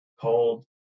cold